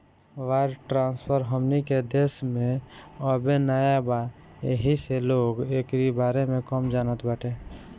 wire transfer हमनी के देश में अबे नया बा येही से लोग एकरी बारे में कम जानत बाटे